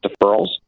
deferrals